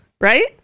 right